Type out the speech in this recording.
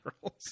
girls